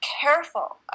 careful